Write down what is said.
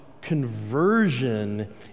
conversion